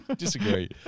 Disagree